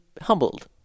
humbled